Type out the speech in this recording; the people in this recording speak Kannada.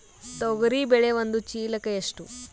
ತೊಗರಿ ಬೇಳೆ ಒಂದು ಚೀಲಕ ಎಷ್ಟು?